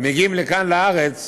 מגיעים לכאן לארץ,